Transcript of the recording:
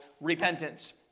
Repentance